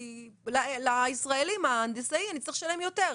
כי להנדסאי הישראלי נצטרך לשלם יותר,